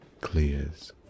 clears